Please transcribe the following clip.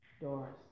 Doris